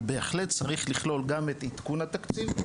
הוא בהחלט צריך לכלול גם את עדכון התקציב,